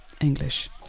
English